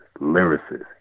lyricist